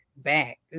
Back